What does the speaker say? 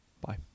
Bye